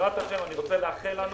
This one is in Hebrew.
אני רוצה לאחל לנו